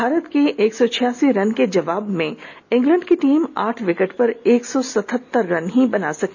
भारत के एक सौ छियासी रन के जबाव में इंग्लैंड की टीम आठ विकेट पर एक सौ सत्हतर रन ही बना सकी